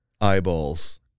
eyeballs